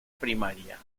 primaria